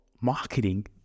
marketing